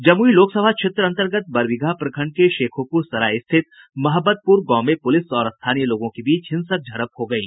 जमुई लोकसभा क्षेत्र अंतर्गत बरबीघा प्रखंड के शेखोपूर सराय स्थित महबतपूर गांव में प्रलिस और स्थानीय लोगों के बीच हिंसक झड़प हो गयी